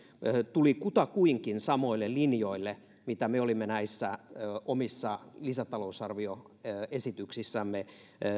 tuli kutakuinkin samoille linjoille mitä me olimme näissä omissa lisätalousarvioesityksissämme